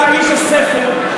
אני קראתי, אתה איש הספר.